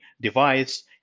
device